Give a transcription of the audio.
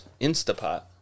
Instapot